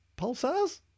pulsars